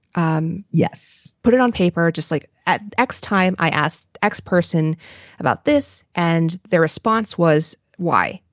um yes. put it on paper just like at x time. i asked x person about this and their response was y,